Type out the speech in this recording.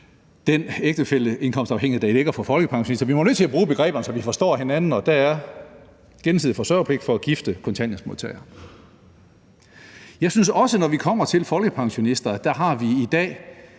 den ægtefælleindkomstafhængighed, der ligger for folkepensionister. Vi er nødt til at bruge begreberne, så vi forstår hinanden, og der er gensidig forsørgerpligt for gifte kontanthjælpsmodtagere. Jeg synes også, når vi kommer til folkepensionisterne, at det i dag